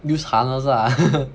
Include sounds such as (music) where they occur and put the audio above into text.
use harness lah (laughs)